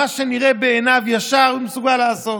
מה שנראה בעיניו ישר הוא מסוגל לעשות.